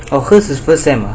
of course is lah